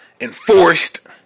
enforced